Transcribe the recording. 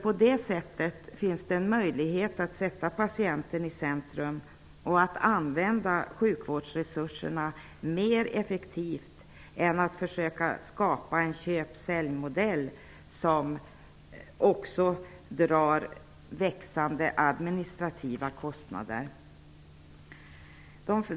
På det sättet finns det en möjlighet att sätta patienten i centrum och använda sjukvårdsresurserna mer effektivt än om man försöker skapa en köp--sälj-modell som också drar växande administrativa kostnader.